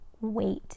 wait